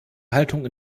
haltung